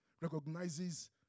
recognizes